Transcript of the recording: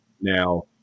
now